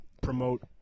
promote